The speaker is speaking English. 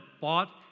bought